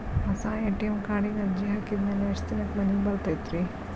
ಹೊಸಾ ಎ.ಟಿ.ಎಂ ಕಾರ್ಡಿಗೆ ಅರ್ಜಿ ಹಾಕಿದ್ ಮ್ಯಾಲೆ ಎಷ್ಟ ದಿನಕ್ಕ್ ಮನಿಗೆ ಬರತೈತ್ರಿ?